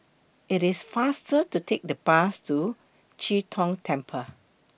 IT IS faster to Take The Bus to Chee Tong Temple